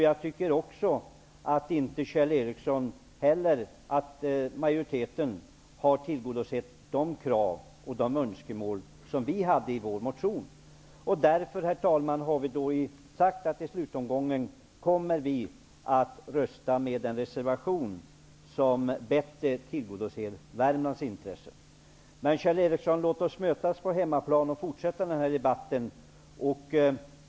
Jag tycker inte heller, Kjell Ericsson, att majoriteten har tillgodosett de krav och önskemål som vi hade i vår motion. Därför, herr talman, har vi sagt att vi i slutomgången kommer att rösta med den reservation som bättre tillgodoser Värmlands intressen. Låt oss mötas på hemmaplan, Kjell Ericsson, och fortsätta med den här debatten.